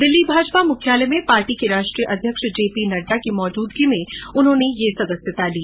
दिल्ली भाजपा मुख्यालय में पार्टी के राष्ट्रीय अध्यक्ष जेपी नड्डा की मौजूदगी में उन्होंने ये सदस्यता ली